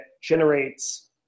generates